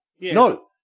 no